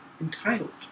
entitled